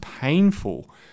painful